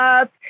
up